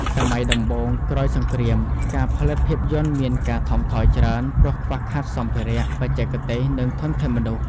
សម័យដំបូងក្រោយសង្គ្រាម ការផលិតភាពយន្តមានការថមថយច្រើន ព្រោះខ្វះខាតសម្ភារៈ បច្ចេកទេស និងធនធានមនុស្ស។